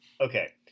Okay